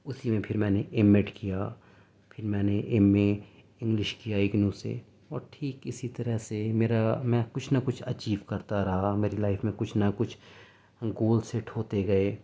اسی میں پھر میں نے ایم ایڈ کیا پھر میں نے ایم اے انگلش کیا اگنو سے اور ٹھیک اسی طرح سے میرا میں کچھ نہ کچھ اچیو کرتا رہا میری لائف میں کچھ نہ کچھ گول سیٹ ہوتے گئے